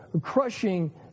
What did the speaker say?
crushing